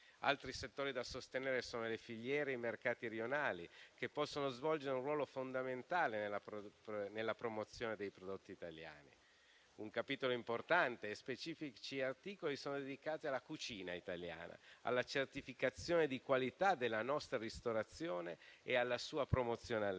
Altri settori da sostenere sono le fiere e i mercati rionali, che possono svolgere un ruolo fondamentale nella promozione dei prodotti italiani. Un capitolo importante e specifici articoli sono dedicati alla cucina italiana, alla certificazione di qualità della nostra ristorazione e alla sua promozione all'estero,